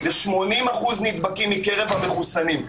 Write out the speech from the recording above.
יש 80% נדבקים מקרב המחוסנים,